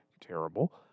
terrible